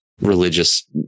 religious